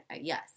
Yes